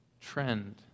trend